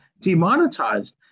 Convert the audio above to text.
demonetized